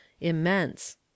immense